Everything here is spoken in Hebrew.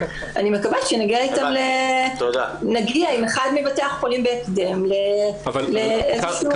אני מקווה שנגיע עם אחד מבתי החולים בהקדם לאיזה שהוא עמק השווה.